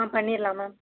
ஆ பண்ணிரலாம் மா